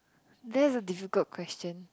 that is a difficult question